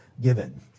given